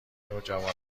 نوجوانان